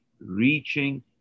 reaching